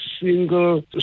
single